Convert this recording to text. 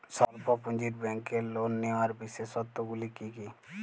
স্বল্প পুঁজির ব্যাংকের লোন নেওয়ার বিশেষত্বগুলি কী কী?